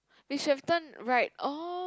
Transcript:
we should have turned right oh